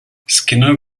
skinner